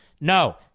No